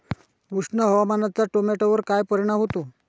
उष्ण हवामानाचा टोमॅटोवर काय परिणाम होतो?